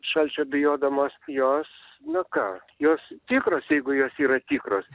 šalčio bijodamos jos na ką jos tikros jeigu jos yra tikros